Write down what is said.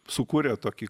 sukūrė tokį